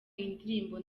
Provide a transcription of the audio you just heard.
indirimbo